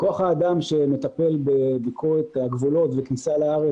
כוח האדם שמטפל בביקורת הגבולות וכניסה לארץ